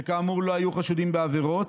שכאמור לא היו חשודים בעבירות,